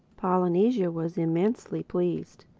polynesia was immensely pleased.